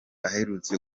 aherutse